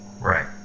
Right